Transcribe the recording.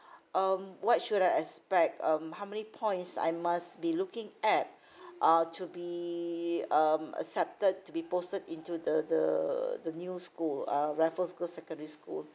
um what should I expect um how many points I must be looking at uh to be um accepted to be posted into the the the new school uh raffles girls secondary school